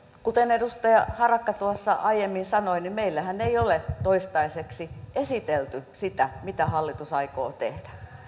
kuten edustaja harakka tuossa aiemmin sanoi meillehän ei ole toistaiseksi esitelty sitä mitä hallitus aikoo tehdä